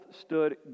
stood